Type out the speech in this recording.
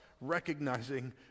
recognizing